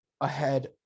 ahead